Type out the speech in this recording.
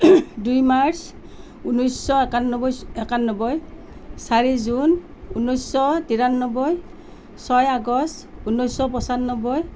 দুই মাৰ্চ ঊনৈছ একান্নব্বৈ চ একান্নব্বৈ চাৰি জুন ঊনৈছ তিৰান্নব্বৈ ছয় আগষ্ট ঊনৈছ পঁচান্নব্বৈ